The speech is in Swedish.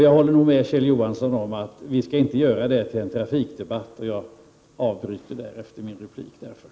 Jag håller nog med Kjell Johansson om att vi inte skall göra detta till en trafikdebatt, och jag avbryter därför nu mitt inlägg.